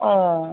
ও